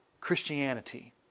Christianity